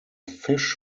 fish